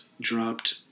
dropped